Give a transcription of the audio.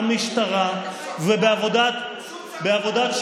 נו, באמת.